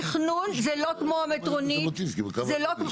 זה לא כמו המטרונית.